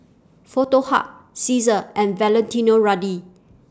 Foto Hub Cesar and Valentino Rudy